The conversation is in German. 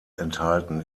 enthalten